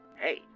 Hey